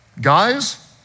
Guys